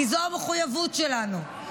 כי זו המחויבות שלנו,